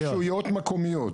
רשויות מקומיות.